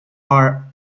are